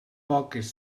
poques